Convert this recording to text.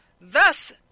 Thus